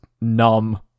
numb